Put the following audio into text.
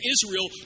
Israel